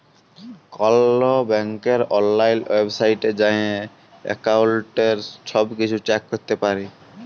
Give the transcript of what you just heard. call ব্যাংকের অললাইল ওয়েবসাইটে যাঁয়ে এক্কাউল্টের ছব কিছু চ্যাক ক্যরতে পারি